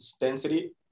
density